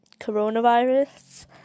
coronavirus